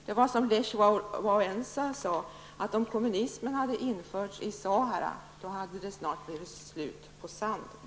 Lech Walesa sade, att om kommunismen hade införts i Sahara hade det snart blivit slut på sand.